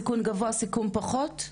סיכון גבוה וסיכון פחות.